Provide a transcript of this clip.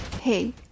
Hey